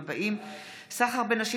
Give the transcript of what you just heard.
נמנעים.